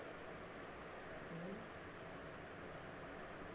ಅಡಿಕೆಯ ಬೇರುಗಳಲ್ಲಿ ರೋಗವನ್ನು ಉಂಟುಮಾಡುವ ಹುಳು ಯಾವುದು?